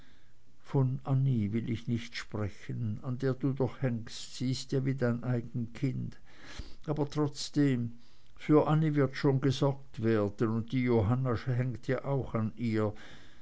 von annie will ich nicht sprechen an der du doch hängst sie ist ja fast wie dein eigen kind aber trotzdem für annie wird schon gesorgt werden und die johanna hängt ja auch an ihr